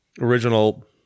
original